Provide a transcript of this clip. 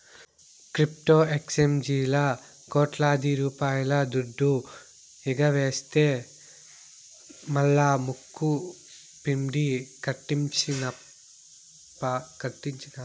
crypto ఎక్సేంజీల్లా కోట్లాది రూపాయల దుడ్డు ఎగవేస్తె మల్లా ముక్కుపిండి కట్టించినార్ప